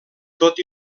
tot